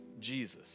Jesus